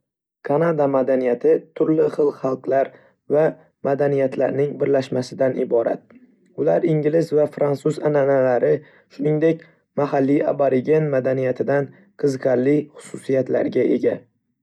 Kanada madaniyati turli xalqlar va madaniyatlarning birlashmasidan iborat. Ular ingliz va fransuz an'analari, shuningdek, mahalliy aborigen madaniyatidan qiziqarli xususiyatlarga ega.